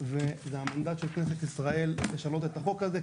וזה המנדט של כנסת ישראל לשנות את החוק הזה,